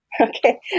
okay